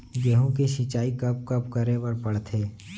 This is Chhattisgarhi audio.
गेहूँ के सिंचाई कब कब करे बर पड़थे?